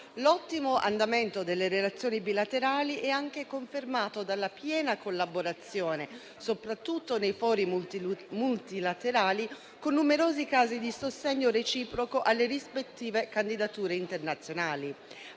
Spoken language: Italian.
L’ottimo andamento delle relazioni bilaterali è anche confermato dalla piena collaborazione, soprattutto nei fori multilaterali, con numerosi casi di sostegno reciproco alle rispettive candidature internazionali.